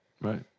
right